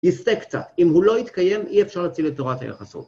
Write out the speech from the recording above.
יסטה קצת. אם הוא לא יתקיים, אי אפשר להציל את תורת היחסות.